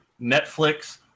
Netflix